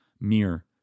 mirror